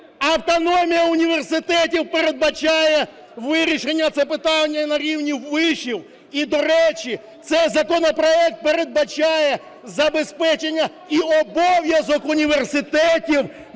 Автономія університетів передбачає вирішення цього питання на рівні вишів. І, до речі, цей законопроект передбачає забезпечення і обов'язок університетів